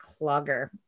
clogger